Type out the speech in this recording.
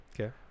Okay